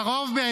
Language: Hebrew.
ובקרוב,